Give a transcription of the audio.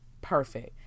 perfect